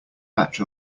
batch